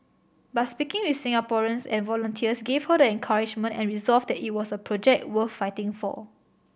but speaking with Singaporeans and volunteers gave her the encouragement and resolve that it was a project worth fighting for